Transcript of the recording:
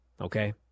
okay